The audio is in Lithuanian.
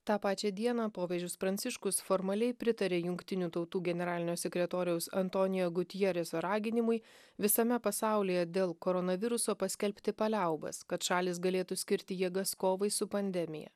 tą pačią dieną popiežius pranciškus formaliai pritarė jungtinių tautų generalinio sekretoriaus antonijo gutjerezo raginimui visame pasaulyje dėl koronaviruso paskelbti paliaubas kad šalys galėtų skirti jėgas kovai su pandemija